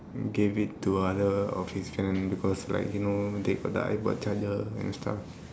gave it to other of his friend because like you know they got iPod charger and stuff